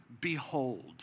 behold